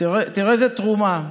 תראה איזו תרומה אדירה.